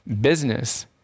business